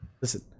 listen